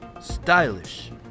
stylish